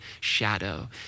shadow